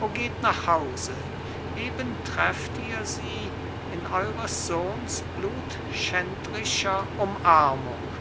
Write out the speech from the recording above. o geht nach hause eben trefft ihr sie in eures sohns blutschändrischer umarmung